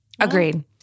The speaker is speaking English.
agreed